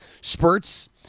spurts